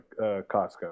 Costco